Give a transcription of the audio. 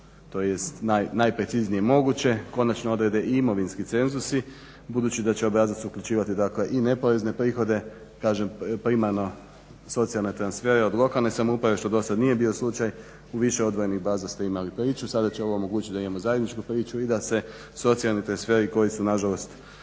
tj. najpreciznije moguće konačno odrede imovinski cenzusi budući da će obrazac uključivati i neporezne prihode kažem primarno socijalno transfere od lokalne samouprave što do sada nije bio slučaj. U više odvojenih baza ste imali priču, sada će ovo omogućiti da imamo zajedničku priču i da se socijalni transferi koji su nažalost